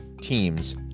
teams